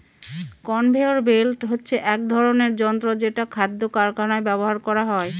conveyor belt হচ্ছে এক ধরনের যন্ত্র যেটা খাদ্য কারখানায় ব্যবহার করা হয়